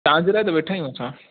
तव्हां जे लाइ त वेठा आहियूं असां